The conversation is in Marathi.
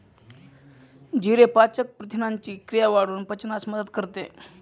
जिरे पाचक प्रथिनांची क्रिया वाढवून पचनास मदत करते